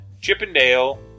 Chippendale